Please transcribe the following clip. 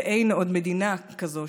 ואין עוד מדינה כזו,